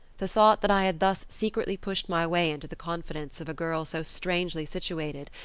the thought that i had thus secretly pushed my way into the confidence of a girl so strangely situated,